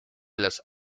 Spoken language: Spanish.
las